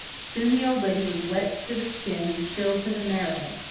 soon the old lady was wet to the skin and chilled to the marrow.